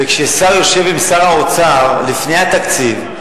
וכששר יושב עם שר האוצר לפני התקציב,